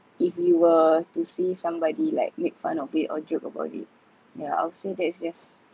if you were to see somebody like make fun of it or joke about it yeah I'll say that's just